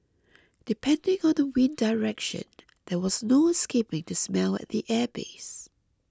depending on the wind direction there was no escaping to smell at the airbase